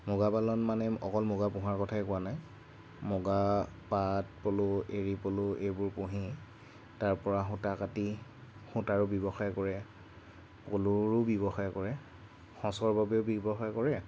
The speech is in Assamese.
মুগাপালন মানে অকল মুগা পোহাৰ কথাই কোৱা নাই মুগা পাত পলু এড়ী পলু এইবোৰ পঢ়ি তাৰ পৰা সূতা কাটি সূতাৰো ব্যৱসায় কৰে পলুৰো ব্যৱসায় কৰে সঁচৰ বাবেও ব্যৱসায় কৰে